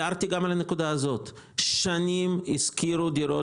הערתי גם על הנקודה ששנים השכירו דירות